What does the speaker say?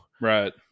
right